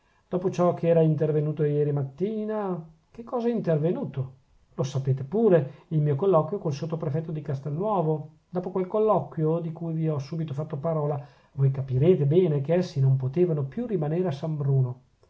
dopo ciò che era intervenuto ieri mattina che cosa è intervenuto lo sapete pure il mio colloquio col sottoprefetto di castelnuovo dopo quel colloquio di cui vi ho subito fatto parola voi capirete bene che essi non potevano più rimanere a san bruno